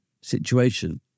situation